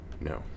No